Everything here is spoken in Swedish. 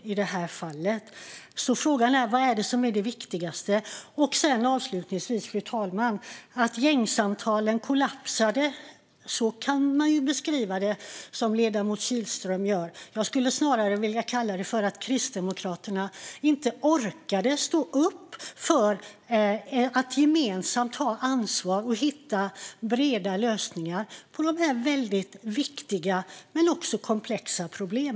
Vad är viktigast? Fru talman! Ledamot Kihlström beskriver det som att gängsamtalen kollapsade. Jag skulle snarare vilja kalla det för att Kristdemokraterna inte orkade stå upp för att gemensamt ta ansvar och hitta breda lösningar på dessa viktiga och komplexa problem.